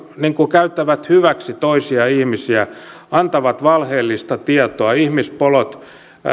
käyttävät hyväksi toisia ihmisiä antavat valheellista tietoa ihmispolot